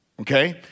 Okay